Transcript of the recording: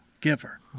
giver